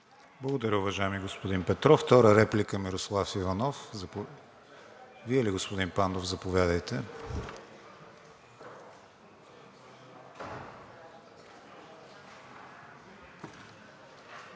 Благодаря, уважаеми господин Петров. Втора реплика – Мирослав Иванов. Вие ли, господин Пандов? Заповядайте.